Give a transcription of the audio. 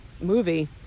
movie